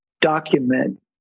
document